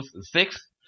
six